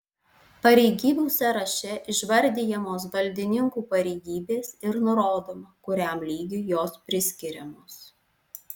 pareigybių sąraše išvardijamos valdininkų pareigybės ir nurodoma kuriam lygiui jos priskiriamos